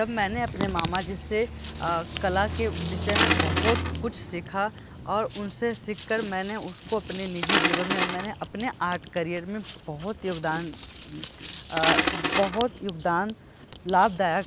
तब मैंने अपने मामाजी से कला के विषय में बहुत कुछ सीखा और उनसे सीखकर मैंने उसको अपने निजी जीवन में मैंने अपने आर्ट करियर में बहुत योगदान बहुत योगदान लाभदायक